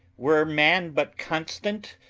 were man but constant,